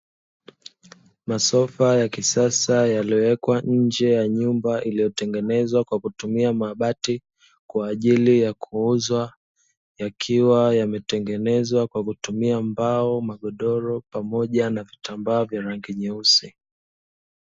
Masofa ya kisasa yaliyowekwa nje ya nyumba iliyotengenezwa kwa kutumia mabati kwa ajili yakuuzwa, yakiwa yametengenezwa kwa kutumia mbao, magodoro pamoja na vitambaa vya rangi nyeusi.